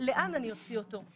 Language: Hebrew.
לאן אני אוציא אותו?